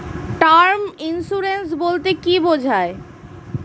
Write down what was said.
Term insurance বলতে কী বোঝায়?